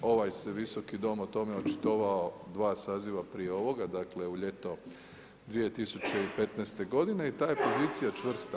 Ovaj se Visoki dom o tome očitovao 2 saziva prije ovoga, dakle, u ljeto 2015. i ta je pozicija čvrsta.